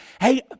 Hey